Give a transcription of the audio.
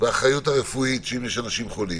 והאחריות הרפואית אם יש אנשים חולים.